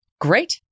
great